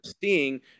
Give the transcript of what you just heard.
seeing